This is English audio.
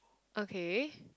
okay